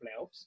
playoffs